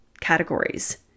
categories